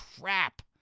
crap